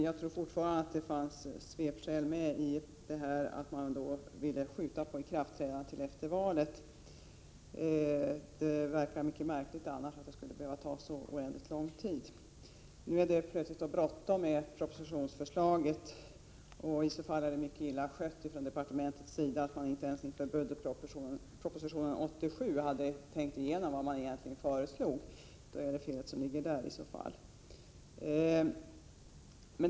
Jag tror fortfarande att det man anför bara är svepskäl för att man vill skjuta på ikraftträdandet av reformen till efter valet. Det verkar märkligt att det skulle behöva ta så oändligt lång tid. Nu är det plötsligt bråttom med propositionsförslaget. Ärendet är dåligt skött från departementets sida, om man inte inför budgetproposition 1986/87 hade tänkt igenom sitt förslag. I så fall ligger felet där.